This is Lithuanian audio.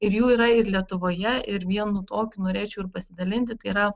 ir jų yra ir lietuvoje ir vienu tokiu norėčiau ir pasidalinti tai yra